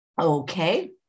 Okay